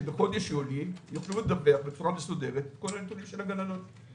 כדי שבחודש יולי יוכלו לדווח בצורה מסודרת את כל הנתונים של הגננות.